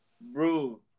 bro